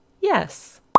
Yes